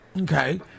Okay